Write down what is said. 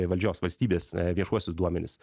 valdžios valstybės viešuosius duomenis